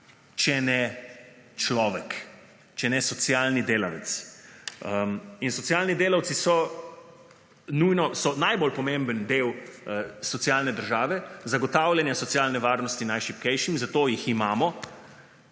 če ne človek, če ne socialni delavec? In socialni delavci so nujno, so najbolj pomemben del socialne države, zagotavljanja socialne varnosti najšibkejšim, za to ji imamo.